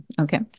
Okay